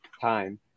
time